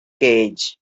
cage